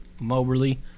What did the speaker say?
Moberly